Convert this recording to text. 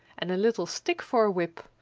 and a little stick for a whip,